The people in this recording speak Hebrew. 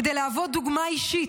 כדי להוות דוגמה אישית,